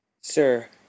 Sir